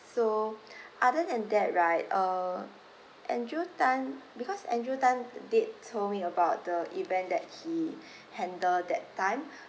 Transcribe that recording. so other than that right uh andrew Tan because andrew Tan did told me about the event that he handle that time